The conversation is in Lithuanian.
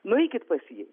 nueikit pas jį